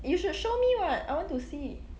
you should show me what I want to see